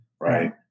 right